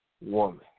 woman